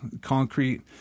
concrete